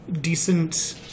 decent